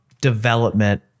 development